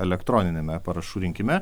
elektroniniame parašų rinkime